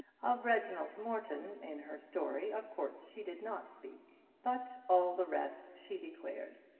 of reginald morton in her story of course she did not speak but all the rest she declared.